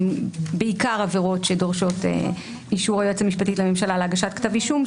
בעיקר עבירות שדורשות אישור היועצת המשפטית לממשלה להגשת כתב אישום,